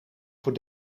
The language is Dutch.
voor